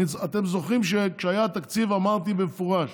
אתם זוכרים שכשהיה התקציב אמרתי במפורש